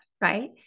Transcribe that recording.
right